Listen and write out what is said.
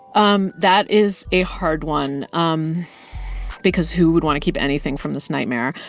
um that is a hard one um because who would want to keep anything from this nightmare?